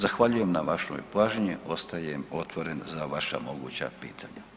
Zahvaljujem na vašoj pažnji, ostajem otvoren za vaša moguća pitanja.